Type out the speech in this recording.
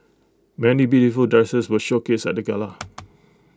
many beautiful dresses were showcased at the gala